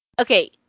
Okay